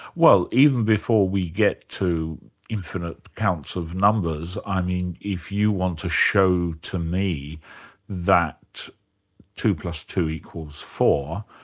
well even before we get to infinite counts of numbers, i ah mean if you want to show to me that two plus two equals four,